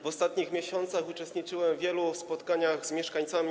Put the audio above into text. W ostatnich miesiącach uczestniczyłem w wielu spotkaniach z mieszkańcami.